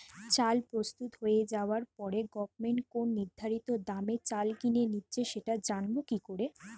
চাল প্রস্তুত হয়ে যাবার পরে গভমেন্ট কোন নির্ধারিত দামে চাল কিনে নিচ্ছে সেটা জানবো কি করে?